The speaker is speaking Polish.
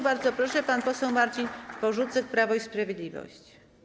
Bardzo proszę, pan poseł Marcin Porzucek, Prawo i Sprawiedliwość.